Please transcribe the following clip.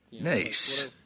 nice